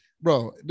Bro